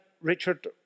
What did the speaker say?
Richard